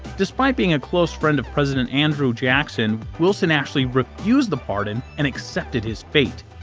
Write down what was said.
despite being a close friend of president andrew jackson, wilson actually refused the pardon and accepted his fate.